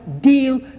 deal